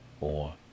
Or